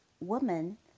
woman